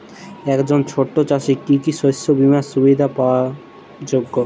একজন ছোট চাষি কি কি শস্য বিমার সুবিধা পাওয়ার যোগ্য?